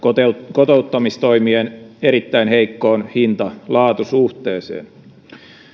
kotouttamistoimien erittäin heikkoon hinta laatu suhteeseen